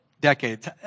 decades